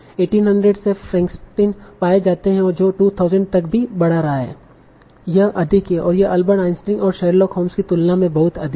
1800 से फ्रेंकस्टीन पाए जाते हैं जो 2000 तक भी बढ़ रहा है यह अधिक है और यह अल्बर्ट आइंस्टीन और शरलॉक होम्स की तुलना में बहुत अधिक है